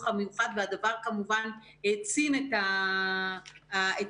המיוחד והדבר כמובן העצים את האתגרים.